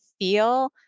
feel